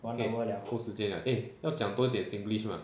okay close 时间 liao eh 要讲多一点 singlish mah